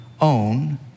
own